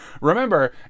Remember